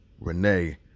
Renee